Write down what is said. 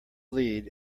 lead